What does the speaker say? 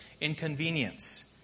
inconvenience